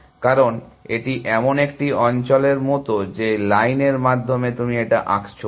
কারণ এটি এমন একটি অঞ্চলের মতো যে লাইনের মাধ্যমে তুমি এটা আঁকছো